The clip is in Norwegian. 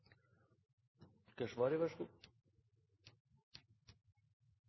får vær så god